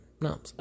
No